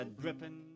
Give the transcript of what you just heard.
dripping